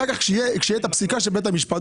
אחר כך כאשר תהיה פסיקת בית המשפט,